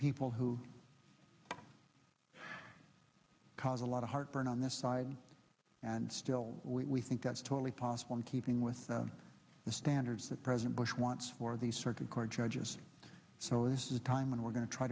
people who cause a lot of heartburn on this side and still we think that's totally possible in keeping with the standards that president bush wants for the circuit court judges so this is a time when we're going to try